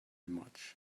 much